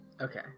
Okay